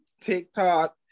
TikTok